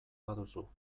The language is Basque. baduzu